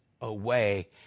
away